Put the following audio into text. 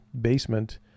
basement